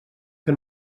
que